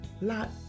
lot